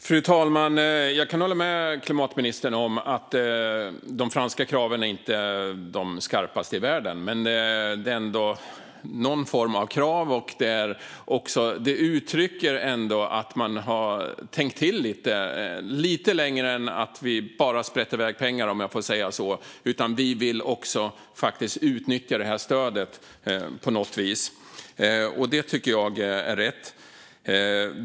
Fru talman! Jag kan hålla med klimatministern om att de franska kraven inte är de skarpaste i världen. Men det är ändå någon form av krav, och det uttrycker att man har tänkt till lite längre än att man bara sprätter iväg pengar, om jag får säga så. Det uttrycker att man vill utnyttja det här stödet på något vis, och det tycker jag är rätt.